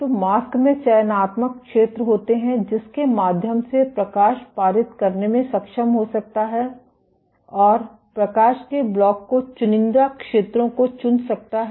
तो मास्क में चयनात्मक क्षेत्र होते हैं जिसके माध्यम से प्रकाश पारित करने में सक्षम हो सकता है और प्रकाश के ब्लॉक को चुनिंदा क्षेत्रों को चुन सकता है